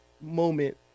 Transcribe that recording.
moment